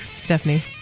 Stephanie